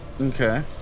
Okay